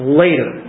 later